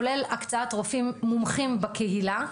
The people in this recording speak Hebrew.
כולל הקצאת רופאים מומחים בקהילה.